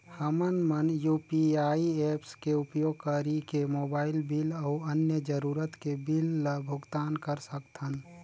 हमन मन UPI apps के उपयोग करिके मोबाइल बिल अऊ अन्य जरूरत के बिल ल भुगतान कर सकथन